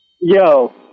Yo